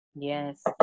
yes